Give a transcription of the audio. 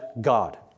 God